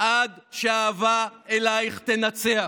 עד שהאהבה אלייך תנצח.